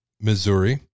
Missouri